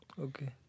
Okay